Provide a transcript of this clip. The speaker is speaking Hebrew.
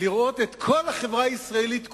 לראות את כל החברה הישראלית כולה,